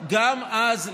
גם אז,